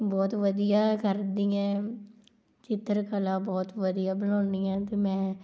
ਬਹੁਤ ਵਧੀਆ ਕਰਦੀ ਹੈਂ ਚਿੱਤਰਕਲਾ ਬਹੁਤ ਵਧੀਆ ਬਣਾਉਂਦੀ ਹੈ ਅਤੇ ਮੈਂ